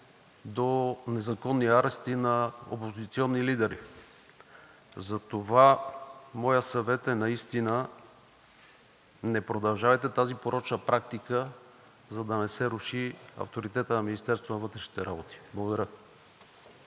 до незаконни арести на опозиционни лидери. Затова моят съвет е: не продължавайте тази порочна практика, за да не се руши авторитетът на Министерството на вътрешните работи. Благодаря.